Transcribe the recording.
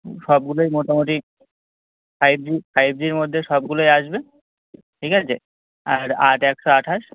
সবগুলোই মোটামুটি five G five জির মধ্যে সবগুলোই আসবে ঠিক আছে আর আট একশো আঠাশ